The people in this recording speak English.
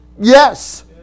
yes